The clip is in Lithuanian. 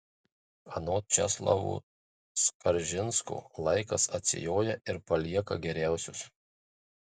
anot česlovo skaržinsko laikas atsijoja ir palieka geriausius